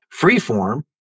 Freeform